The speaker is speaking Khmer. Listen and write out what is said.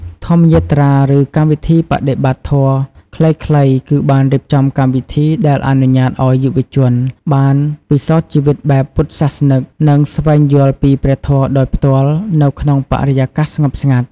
ធម្មយាត្រា ឬកម្មវិធីបដិបត្តិធម៌ខ្លីៗ គឺបានរៀបចំកម្មវិធីដែលអនុញ្ញាតឱ្យយុវជនបានពិសោធន៍ជីវិតបែបពុទ្ធសាសនិក និងស្វែងយល់ពីព្រះធម៌ដោយផ្ទាល់នៅក្នុងបរិយាកាសស្ងប់ស្ងាត់។